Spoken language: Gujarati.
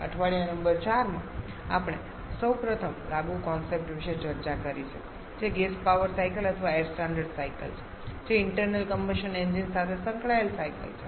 અઠવાડિયા નંબર 4 માં આપણે આપણા સૌપ્રથમ લાગુ કોન્સેપ્ટ વિશે ચર્ચા કરી છે જે ગેસ પાવર સાયકલ અથવા એઇર સ્ટાન્ડર્ડ સાયકલ છે જે ઇન્ટરનલ કમ્બશન એન્જીન સાથે સંકળાયેલા સાયકલ છે